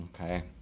Okay